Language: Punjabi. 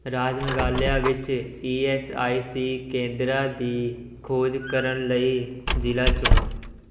ਰਾਜ ਮੇਘਾਲਿਆ ਵਿੱਚ ਈ ਐੱਸ ਆਈ ਸੀ ਕੇਂਦਰਾਂ ਦੀ ਖੋਜ ਕਰਨ ਲਈ ਜ਼ਿਲ੍ਹਾ ਚੁਣੋ